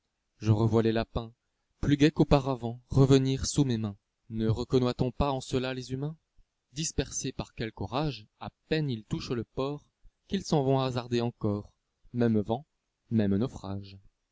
je revois les lapins plus gais qu'auparavant revenir sous mes mains ne reconnoît-on pas en cela les humains dispersés par quelque orage a peine ils touchent le port qu'ils vont hasarder encor même vent même naufrage